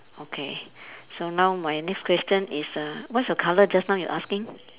okay so now my next question is err what's your colour just now you asking